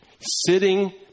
sitting